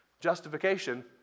Justification